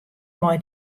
mei